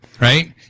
right